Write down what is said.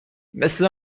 مثل